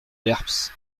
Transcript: lerps